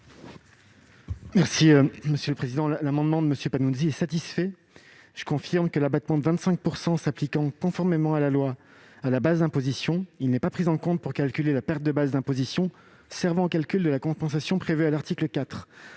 du Gouvernement ? Cet amendement est satisfait : je confirme que l'abattement de 25 % s'appliquant conformément à la loi à la base d'imposition n'est pas pris en compte pour calculer la perte de base d'imposition servant au calcul de la compensation prévue à l'article 4.